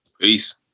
Peace